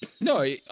No